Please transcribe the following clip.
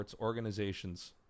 organization's